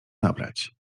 nabrać